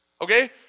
Okay